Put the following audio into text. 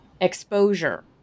exposure